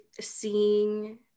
seeing